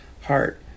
heart